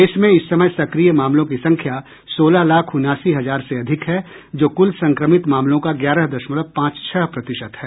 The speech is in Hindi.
देश में इस समय सक्रिय मामलों की संख्या सोलह लाख उनासी हजार से अधिक है जो कुल संक्रमित मामलों का ग्यारह दशमलव पांच छह प्रतिशत है